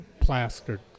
plastered